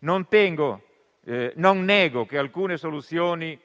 non nego che alcune soluzioni